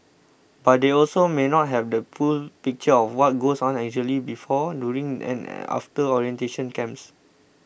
but they also may not have the full picture of what goes on exactly before during and after orientation camps